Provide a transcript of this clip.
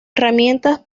herramientas